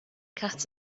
cat